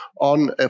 on